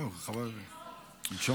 חברת הכנסת.